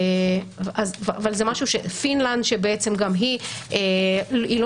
פינלנד, שהיא לא